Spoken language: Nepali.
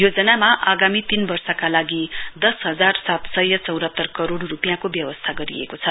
योजनामा आगामी तीन वर्षका लागि दस हजार सात सय चौरात्तर करोड़ रुपियाँको व्यवस्था गरिएको छ